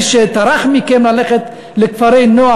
מי שטרח מכם ללכת לכפרי-נוער,